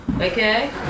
Okay